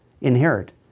inherit